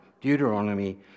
Deuteronomy